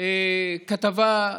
יש כתבה,